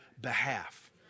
behalf